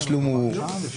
צריך לעגן את זה.